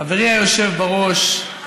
חברי היושב-ראש,